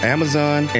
Amazon